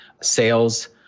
sales